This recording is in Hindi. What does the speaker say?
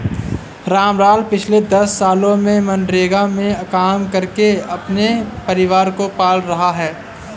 रामलाल पिछले दस सालों से मनरेगा में काम करके अपने परिवार को पाल रहा है